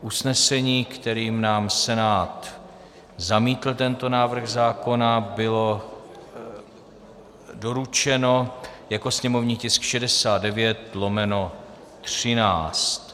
Usnesení, kterým nám Senát zamítl tento návrh zákona, bylo doručeno jako sněmovní tisk 69/13.